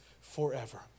forever